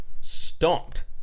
stomped